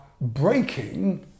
breaking